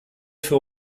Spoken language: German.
für